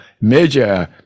major